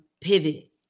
pivot